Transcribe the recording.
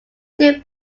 two